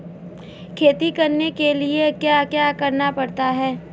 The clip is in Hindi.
खेती करने के लिए क्या क्या करना पड़ता है?